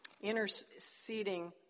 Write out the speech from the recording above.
interceding